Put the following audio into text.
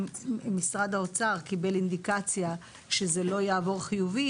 משרד האוצר קיבל אינדיקציה שזה לא יעבור חיובי,